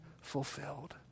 fulfilled